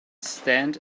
stand